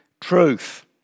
truth